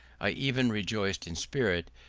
i even rejoiced in spirit,